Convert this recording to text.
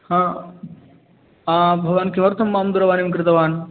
हा भवान् किमर्थं मां दूरवाणीं कृतवान्